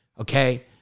okay